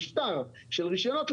משטר של רשיונות,